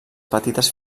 petites